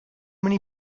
many